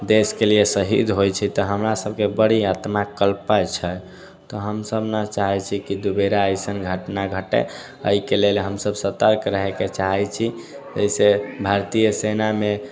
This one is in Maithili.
देशके लिए शहीद होइत छै तऽ हमरा सबके बड़ी आत्मा कल्पै छै तऽ हमसब नऽ चाहैत छिऐ कि दुबारा अइसन घटना घटए एहिके लेल हमसब सतर्क रहएके चाहैत छी एहि से भारतीय सेनामे